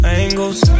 angles